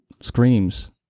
screams